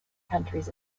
countries